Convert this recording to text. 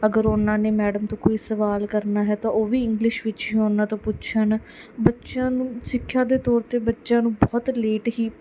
ਅਗਰ ਉਹਨਾਂ ਨੇ ਮੈਡਮ ਤੋਂ ਕੋਈ ਸਵਾਲ ਕਰਨਾ ਹੈ ਤਾਂ ਉਹ ਵੀ ਇੰਗਲਿਸ਼ ਵਿੱਚ ਹੀ ਉਹਨਾਂ ਤੋਂ ਪੁੱਛਣ ਬੱਚਿਆਂ ਨੂੰ ਸਿੱਖਿਆ ਦੇ ਤੌਰ 'ਤੇ ਬੱਚਿਆਂ ਨੂੰ ਬਹੁਤ ਲੇਟ ਹੀ